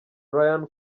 ryan